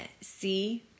see